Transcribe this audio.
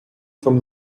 from